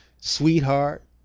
sweetheart